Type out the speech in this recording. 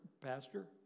Pastor